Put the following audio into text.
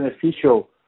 beneficial